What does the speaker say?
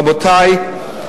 רבותי,